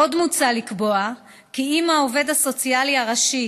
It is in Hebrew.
עוד מוצע לקבוע כי אם העובד הסוציאלי הראשי